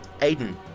Aiden